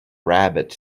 rabbit